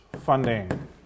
funding